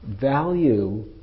value